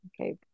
okay